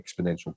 exponential